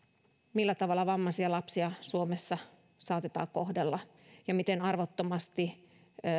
millä tavalla vammaisia lapsia suomessa saatetaan kohdella ja miten arvottomasti